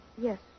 Yes